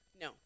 No